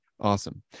Awesome